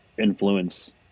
Influence